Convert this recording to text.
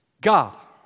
God